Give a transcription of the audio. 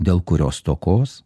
dėl kurio stokos